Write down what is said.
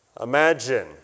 Imagine